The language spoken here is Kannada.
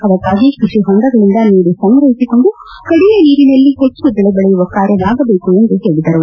ಅದಕ್ಕಾಗಿ ಕೃಷಿ ಹೊಂಡಗಳಿಂದ ನೀರು ಸಂಗ್ರಹಿಸಿಕೊಂಡು ಕಡಿಮೆ ನೀರಿನಲ್ಲಿ ಹೆಚ್ಚು ಬೆಳೆ ಬೆಳೆಯುವ ಕಾರ್ಯವಾಗಬೇಕು ಎಂದು ಅವರು ಹೇಳಿದರು